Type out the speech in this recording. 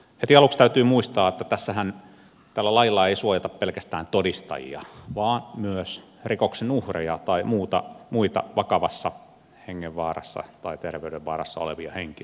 heti aluksi täytyy muistaa että tällä lailla ei suojata pelkästään todistajia vaan myös rikoksen uhreja tai muita vakavassa hengenvaarassa tai terveydenvaarassa olevia henkilöitä